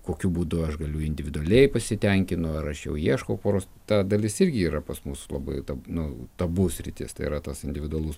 kokiu būdu aš galiu individualiai pasitenkinu ar aš jau ieškau poros ta dalis irgi yra pas mus labai nu tabu sritis tai yra tas individualus